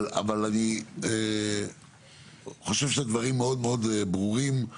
אני כן חושב שהדברים ברורים מאוד